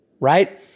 right